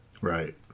Right